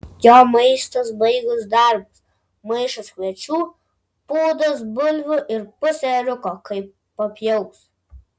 jo maistas baigus darbus maišas kviečių pūdas bulvių ir pusė ėriuko kai papjaus